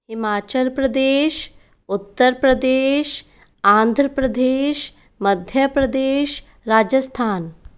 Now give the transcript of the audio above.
Himachal Pradesh Uttar Pradesh Andhra Pradesh Madhya Pradesh Rajasthan